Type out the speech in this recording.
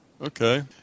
Okay